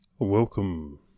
Welcome